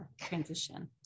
transition